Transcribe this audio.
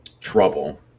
trouble